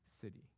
city